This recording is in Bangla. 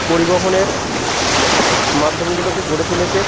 পরিবহনের মাধ্যমগুলোকে গড়ে তুলেছে